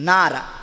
Nara